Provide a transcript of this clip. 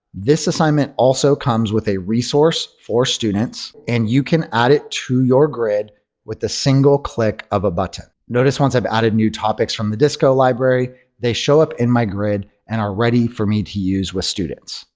this assignment also comes with a resource for students and you can add it to your grid with a single click of a button. notice once i've added new topics from the disco library they show up in my grid and are ready for me to use with students.